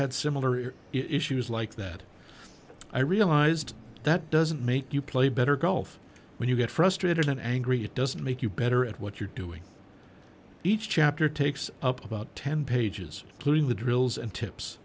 had similar issues like that i realized that doesn't make you play better golf when you get frustrated and angry it doesn't make you better at what you're doing each chapter takes up about ten pages clearing the drills and tips